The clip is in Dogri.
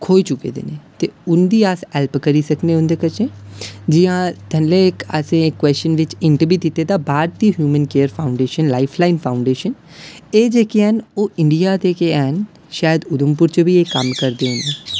खोई चुके दे न उं'दी अस हैल्प करी सकने उं'दे कश जि'यां थल्लै असें इक क्वश्चन च हिंट बी दित्ता Bharti Human Care Foundation Life Line Foundation ते जेह्कियां न औह इंडिया दी गै ऐन शायद उधमपुर च बी एह् कम्म करदियां न